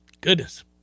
Goodness